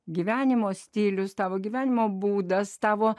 gyvenimo stilius tavo gyvenimo būdas tavo